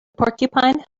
porcupine